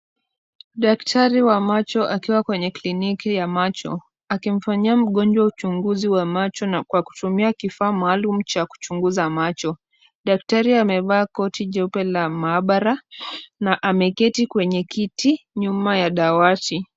Daktari wa macho akiwa kwenye kliniki ya macho akimfanyia mgonjwa uchunguzi wa macho kwa kutumia kifaa maalumu cha kuchunguza macho. Daktari amevaa koti jeupe la maabara na ameketi kwenye kiti nyuma ya dawati.